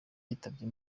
yitabye